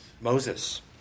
Moses